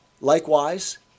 Likewise